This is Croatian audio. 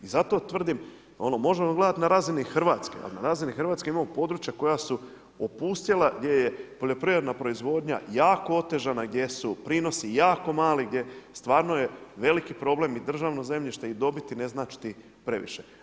I zato tvrdim, ono, možemo gledati na razini Hrvatske, ali na razini Hrvatske imamo područja koja su opustjela, gdje je poljoprivredna proizvodnja jako otežana, gdje su prinosi jako mali, gdje, stvarno je veliki problem i državno zemljište i dobiti, ne znači ti previše.